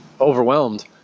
overwhelmed